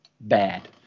bad